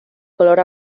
color